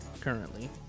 currently